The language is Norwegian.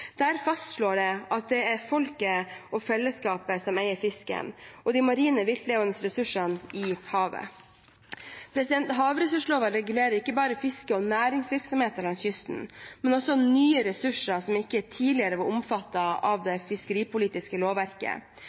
Der fastslås det at det er folket og fellesskapet som eier fisken og de marine viltlevende ressursene i havet. Havressursloven regulerer ikke bare fiske og næringsvirksomhet langs kysten, men også nye ressurser som ikke tidligere var omfattet av det fiskeripolitiske lovverket.